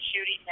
shooting